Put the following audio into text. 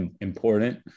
important